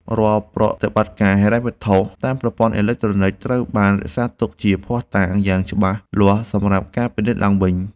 រាល់ប្រតិបត្តិការហិរញ្ញវត្ថុតាមប្រព័ន្ធអេឡិចត្រូនិកត្រូវបានរក្សាទុកជាភស្តតាងយ៉ាងច្បាស់លាស់សម្រាប់ការពិនិត្យឡើងវិញ។